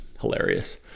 Hilarious